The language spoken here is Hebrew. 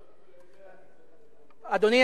נו,